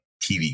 TV